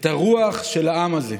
את הרוח של העם הזה,